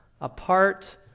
apart